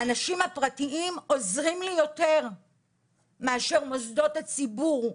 האנשים הפרטיים עוזרים לי יותר מאשר מוסדות הציבור.